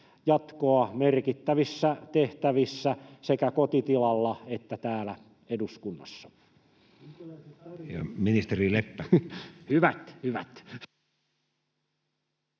jatkoa merkittävissä tehtävissä sekä kotitilalla että täällä eduskunnassa.